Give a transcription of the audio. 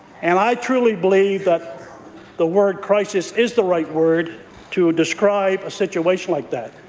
and i truly believe that the word crisis is the right word to describe a situation like that.